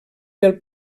pel